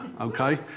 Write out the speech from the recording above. Okay